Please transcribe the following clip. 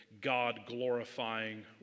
God-glorifying